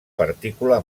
partícula